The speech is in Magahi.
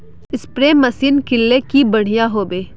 स्प्रे मशीन किनले की बढ़िया होबवे?